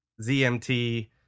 ZMT